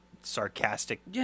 sarcastic